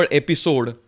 episode